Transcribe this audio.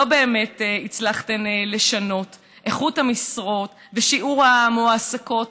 לא באמת הצלחתן לשנות את איכות המשרות ושיעור המועסקות